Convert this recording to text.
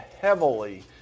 heavily